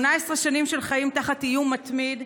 18 שנים של חיים תחת איום מתמיד,